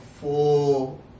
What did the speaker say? full